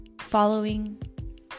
following